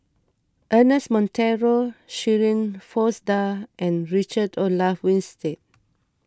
Ernest Monteiro Shirin Fozdar and Richard Olaf Winstedt